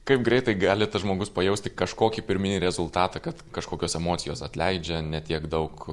kaip greitai gali tas žmogus pajausti kažkokį pirminį rezultatą kad kažkokios emocijos atleidžia ne tiek daug